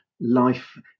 life